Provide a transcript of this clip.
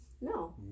No